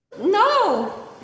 No